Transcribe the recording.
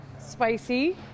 Spicy